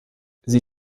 sie